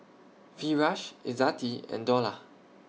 Firash Izzati and Dollah